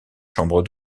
chambres